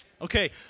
Okay